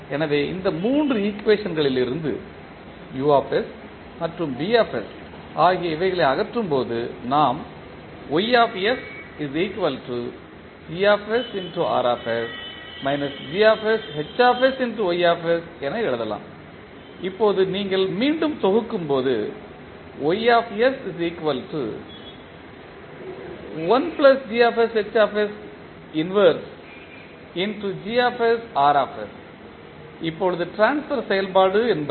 எனவே இந்த மூன்று ஈக்குவேஷன்களிலிருந்து U மற்றும் B ஆகிய இவைகளை அகற்றும்போது நாம் என எழுதலாம் இப்போது நீங்கள் மீண்டும் தொகுக்கும்போது இப்போது ட்ரான்ஸ்பர் செயல்பாடு என்பது